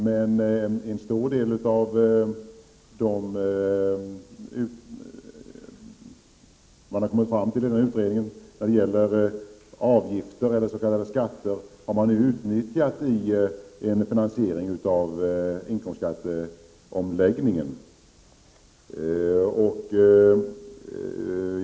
Men en stor del av det som man har kommit fram till i utredningen när det gäller avgifter eller s.k. skatter har man utnyttjat vid finansieringen av inkomstskatteomläggningen.